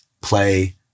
play